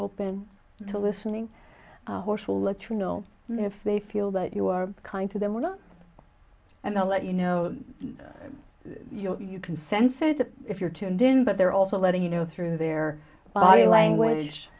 open to listening or she will let you know if they feel that you are kind to them or not and i'll let you know you can sense it if you're tuned in but they're also letting you know through their body language